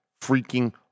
freaking